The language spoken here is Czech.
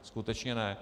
Skutečně ne.